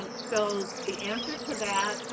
but so the answer to that,